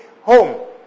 home